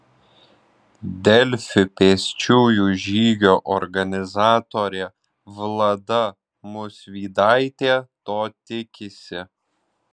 delfi pėsčiųjų žygio organizatorė vlada musvydaitė to tikisi